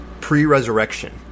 pre-resurrection